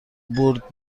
برد